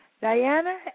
Diana